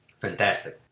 Fantastic